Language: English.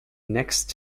next